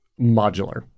modular